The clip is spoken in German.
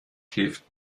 hilft